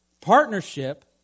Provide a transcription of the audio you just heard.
partnership